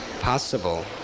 possible